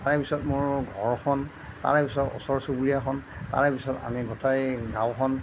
তাৰে পিছত মোৰ ঘৰখন তাৰে পিছত ওচৰ চুবুৰীয়াখন তাৰে পিছত আমি গোটেই গাঁওখন